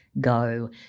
go